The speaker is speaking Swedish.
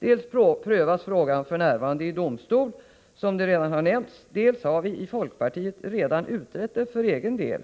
Dels prövas frågan f. n. i domstol, vilket redan har nämnts, dels har vi i folkpartiet redan utrett saken för egen del.